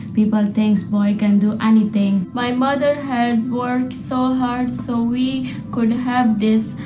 people thinks boy can do anything my mother has worked so hard so we could have this.